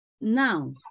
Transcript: Now